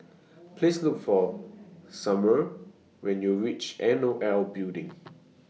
Please Look For Sumner when YOU REACH N O L Building